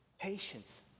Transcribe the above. patience